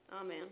Amen